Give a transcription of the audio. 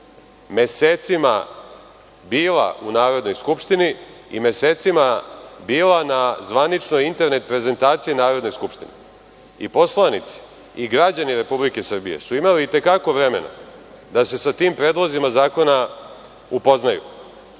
mesecima bila u Narodnoj skupštini i mesecima bila na zvaničnoj internet prezentaciji Narodne skupštine. I poslanici, i građani Republike Srbije su imali i te kako vremena da se sa tim predlozima zakona upoznaju. Pominjete